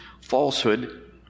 falsehood